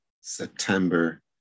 September